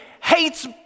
hates